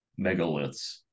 megaliths